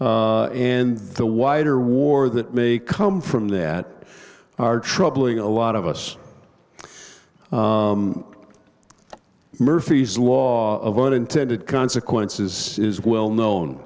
and the wider war that may come from that are troubling a lot of us murphy's law of unintended consequences is well known